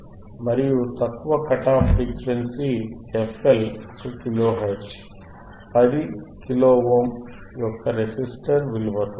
కాబట్టి తక్కువ cut off frequency fL 1 kilohertz 10 kilo ohm యొక్క రెసిస్టర్ విలువతో